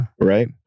right